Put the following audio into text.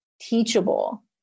teachable